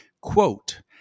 Quote